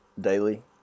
daily